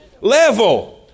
Level